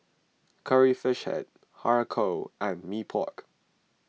Curry Fish Head Har Kow and Mee Pok